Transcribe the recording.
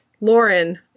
Lauren